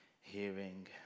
hearing